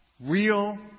Real